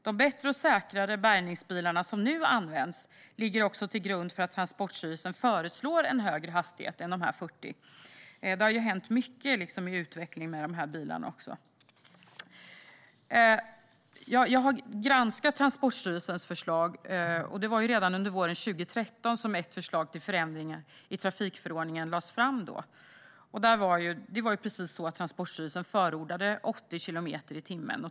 De bättre och säkrare bärgningsbilar som nu används ligger också till grund för att Transportstyrelsen föreslår en högre hastighet än 40 kilometer i timmen. Det har ju hänt mycket i utvecklingen av dessa bilar. Jag har granskat Transportstyrelsens förslag. Det var redan under våren 2013 som ett förslag till förändringar i trafikförordningen lades fram. Transportstyrelsen förordade 80 kilometer i timmen.